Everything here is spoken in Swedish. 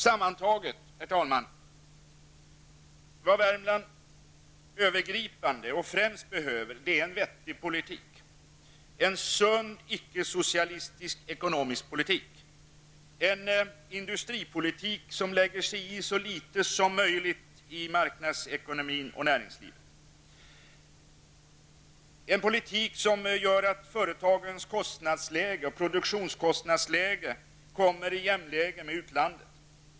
Sammantaget, herr talman, vill jag säga följande. Vad Värmland främst behöver är en vettig politik -- det är ett övergripande krav. Det behövs alltså en sund icke-socialistisk ekonomisk politik, en industripolitik som så litet som möjligt lägger sig i vad gäller marknadsekonomin och näringslivet, en politik som gör att företagens kostnadsläge och produktionskostnadsläge blir jämförbara med utlandets.